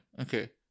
Okay